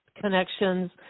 connections